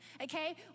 okay